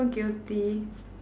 so guilty